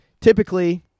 typically